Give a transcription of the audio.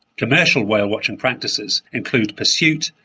commercial whale watching practices include pursuit,